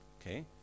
Okay